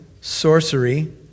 sorcery